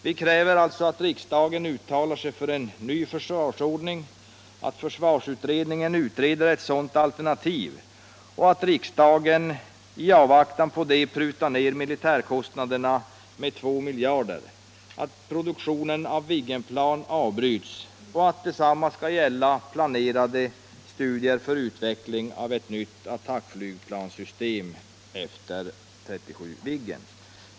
Vi kräver därför att riksdagen uttalar sig för en ny försvarsordning, att försvarsutredningen utreder ett sådant alternativ, att riksdagen i avvaktan på detta prutar ner militärkostnaderna med 2 miljarder, att produktionen av Viggenplan avbryts och att så också sker med planerade studier för utveckling av nytt attackflygplanssystem efter 37 Viggen.